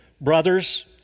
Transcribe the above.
brothers